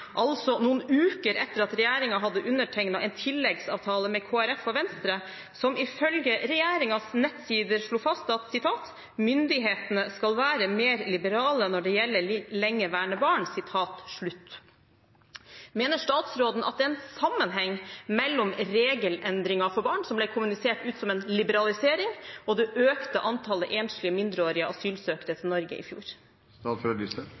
altså noen uker etter at regjeringen hadde undertegnet en tilleggsavtale med Kristelig Folkeparti og Venstre som ifølge regjeringens nettsider slo fast at «myndighetene skal være mer liberale når det gjelder lengeværende barn». Mener statsråden at det er en sammenheng mellom regelendringen for barn som ble kommunisert ut som en liberalisering, og det økte antallet enslige mindreårige asylsøkere